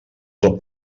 del